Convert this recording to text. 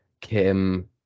Kim